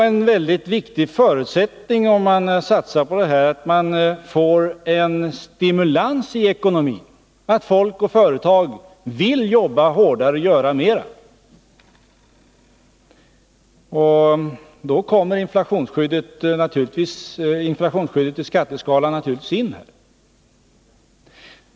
En väldigt viktig förutsättning då är emellertid att det finns stimulanser i ekonomin så att anställda och företagsledningar finner det lönsamt att arbeta. Då kommer inflationsskyddet i skattesystemet naturligtvis in.